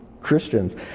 Christians